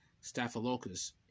Staphylococcus